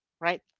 right